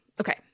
Okay